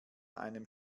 einem